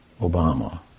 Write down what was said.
Obama